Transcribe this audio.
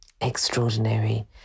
extraordinary